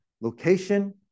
location